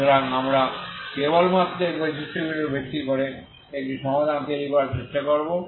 সুতরাং আমরা কেবলমাত্র এই বৈশিষ্ট্যগুলির উপর ভিত্তি করে একটি সমাধান তৈরি করার চেষ্টা করব